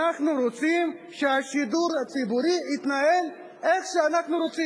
אנחנו רוצים שהשידור הציבורי יתנהל איך שאנחנו רוצים.